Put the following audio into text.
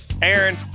Aaron